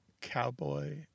cowboy